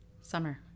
Summer